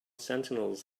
sentinels